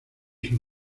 sus